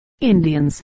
Indians